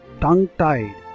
tongue-tied